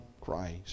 Christ